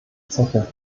zeche